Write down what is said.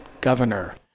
governor